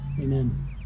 amen